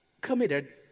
committed